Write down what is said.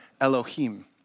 Elohim